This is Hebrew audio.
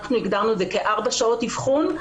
אנחנו הגדרנו את זה כ-4 שעות אבחון.